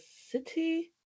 city